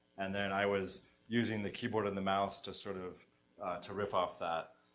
and then i was using the keyboard and the mouse to sort, of to riff off that